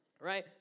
right